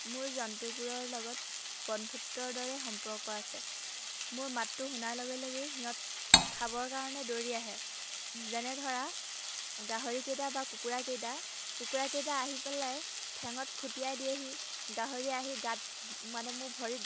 মোৰ জন্তুবোৰৰ লগত বন্ধুত্বৰ দৰে সম্পৰ্ক আছে মোৰ মাতটো শুনাৰ লগে লগেই সিহঁত খাবৰ কাৰণে দৌৰি আহে যেনে ধৰা গাহৰিকেইটা বা কুকুৰাকেইটা কুকুৰাকেইটা আহি পেলাই ঠেঙত খুটিয়াই দিয়েহি গাহৰি আহি গাত মানে মোৰ ভৰিত